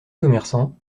commerçant